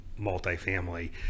multifamily